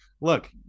look